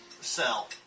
sell